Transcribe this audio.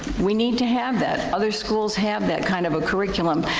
we need to have that. other schools have that kind of curriculum.